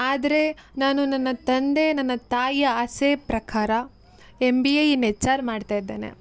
ಆದರೆ ನಾನು ನನ್ನ ತಂದೆ ನನ್ನ ತಾಯಿಯ ಆಸೆ ಪ್ರಕಾರ M B A in H R ಮಾಡ್ತಾ ಇದ್ದೇನೆ